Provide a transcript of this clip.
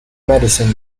medicine